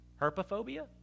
Herpophobia